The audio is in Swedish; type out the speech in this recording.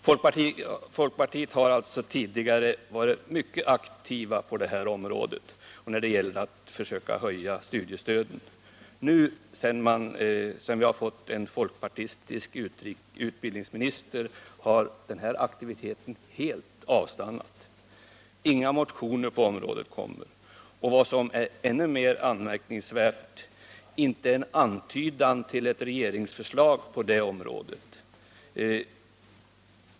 Folkpartiet har alltså tidigare varit mycket aktivt när det gällt att försöka höja studiestöden. Sedan vi fått en folkpartistisk utbildningsminister har emellertid den här aktiviteten helt avstannat. Inga motioner på detta område har avlämnats, och vad som är ännu mer anmärkningsvärt: inte en antydan till ett regeringsförslag på detta område har förekommit.